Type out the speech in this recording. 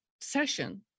session